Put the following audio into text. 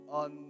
on